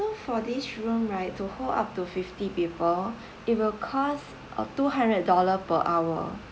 for this room right to hold up to fifty people it will cost uh two hundred dollar per hour